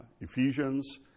Ephesians